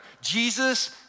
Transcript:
Jesus